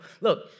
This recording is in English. look